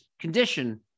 condition